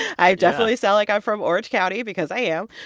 i definitely sound like i'm from orange county because i am.